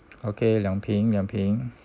okay 两瓶两瓶